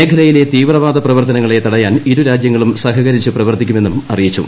മേഖലയിലെ തീവ്രവാദ പ്രവർത്തനങ്ങളെ തടയാൻ ഇരു രാജ്യങ്ങളും സഹകരിച്ച് പ്രവർ ത്തിക്കുമെന്നും അറിയിച്ചു